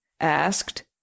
asked